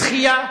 זכייה,